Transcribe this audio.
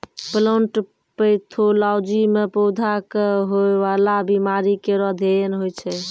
plant pathology म पौधा क होय वाला बीमारी केरो अध्ययन होय छै